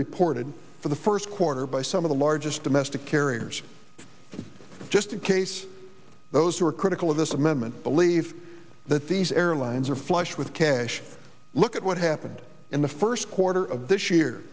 reported for the first quarter by some of the largest domestic carriers just in case those who are critical of this amendment believe that these airlines are flush with cash look at what happened in the first quarter of this year